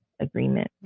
Agreement